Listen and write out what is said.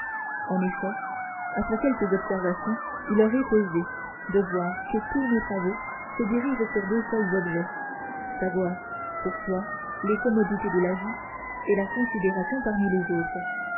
en effet après quelques observations il leur est aisé de voir que tous nos travaux se dirigent sur deux seuls objets savoir pour soi les commodités de la vie et la considération parmi les autres